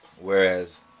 whereas